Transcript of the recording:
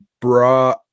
bra